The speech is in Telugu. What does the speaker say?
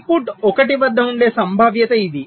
ఇన్పుట్ 1 వద్ద ఉండే సంభావ్యత ఇది